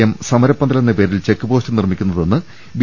M സമരപ്പന്തലെന്ന പേരിൽ checkpost നിർമ്മിക്കുന്ന ട തെന്ന് ബി